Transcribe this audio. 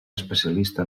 especialista